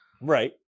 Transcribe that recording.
Right